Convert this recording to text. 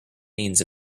means